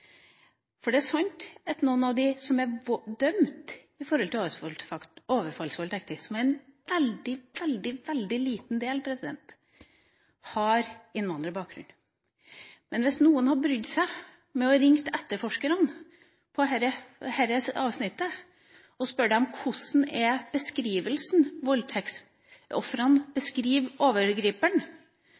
Det er sant at noen av dem som er dømt for overfallsvoldtekter – som er en veldig, veldig liten del – har innvandrerbakgrunn. Men hvis noen hadde brydd seg med å ringe etterforskerne på dette avsnittet og spurt dem hvordan voldtektsofrene beskriver overgriperen